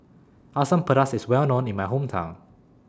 Asam Pedas IS Well known in My Hometown